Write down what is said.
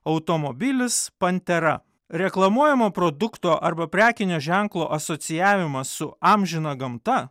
automobilis pantera reklamuojamo produkto arba prekinio ženklo asocijavimas su amžina gamta